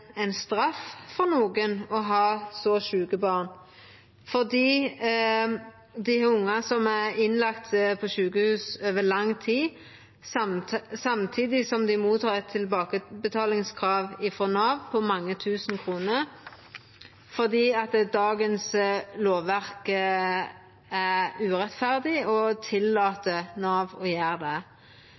straff for nokon å ha så sjuke barn, fordi dei har ungar som er innlagde på sjukehus over lang tid, samtidig som dei mottek eit tilbakebetalingskrav frå Nav på mange tusen kroner fordi dagens lovverk er urettferdig og tillèt Nav å gjera det.